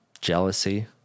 jealousy